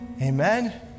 Amen